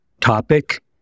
topic